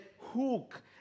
hook